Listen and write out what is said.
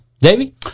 Davey